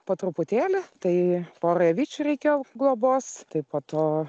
po truputėlį tai porai avyčių reikėjo globos tai po to